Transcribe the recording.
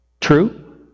True